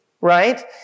right